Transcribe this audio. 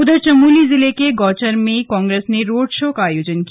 उधर चमोली जिले के गौचर में कांग्रेस ने रोड शो का आयोजन किया